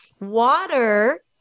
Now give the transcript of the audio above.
water